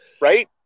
Right